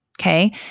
okay